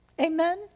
Amen